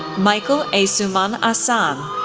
michael essuman assan,